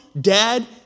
dad